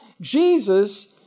Jesus